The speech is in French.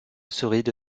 surveiller